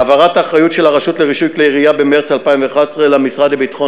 העברת האחריות של הרשות לרישוי כלי ירייה במרס 2011 למשרד לביטחון